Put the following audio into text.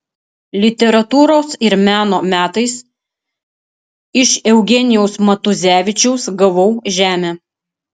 literatūros ir meno metais iš eugenijaus matuzevičiaus gavau žemę